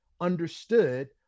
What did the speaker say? understood